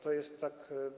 To jest tak.